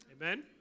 Amen